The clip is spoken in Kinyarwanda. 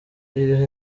iriho